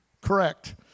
correct